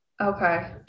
Okay